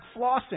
flossing